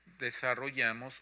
desarrollamos